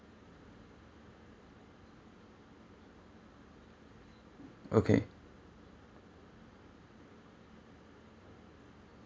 okay